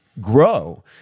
grow